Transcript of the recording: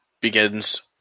begins